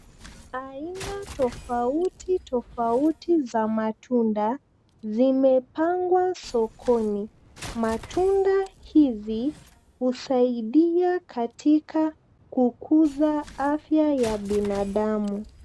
Aina tofauti tofauti za matunda zimepangwa sokoni. Matunda hizi husaidia katika kukuza afya ya binadamu.